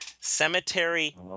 Cemetery